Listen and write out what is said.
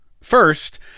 first